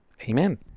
Amen